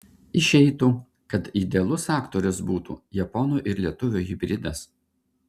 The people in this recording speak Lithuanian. išeitų kad idealus aktorius būtų japono ir lietuvio hibridas